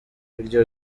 iryo